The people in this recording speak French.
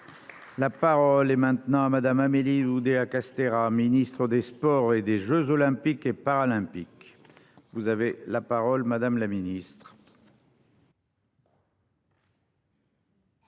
La parole est maintenant à madame Amélie Oudéa-Castéra Ministre des Sports et des Jeux olympiques et paralympiques. Vous avez la parole madame la Ministre.